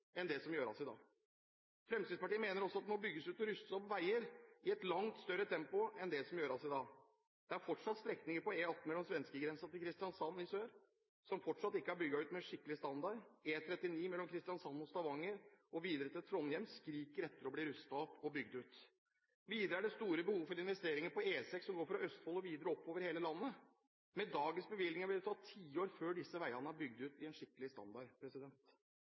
enn det som gjøres i dag. Fremskrittspartiet mener også at det må bygges ut og rustes opp veier i et langt større tempo enn det som gjøres i dag. Det er fortsatt strekninger på E18 mellom svenskegrensa og Kristiansand i sør som ikke er bygd ut med skikkelig standard. E39 mellom Kristiansand og Stavanger og videre til Trondheim skriker etter å bli rustet opp og bygd ut. Videre er det store behov for investeringer på E6 som går fra Østfold og videre oppover hele landet. Med dagens bevilgninger vil det ta tiår før disse veiene er bygd ut til en skikkelig standard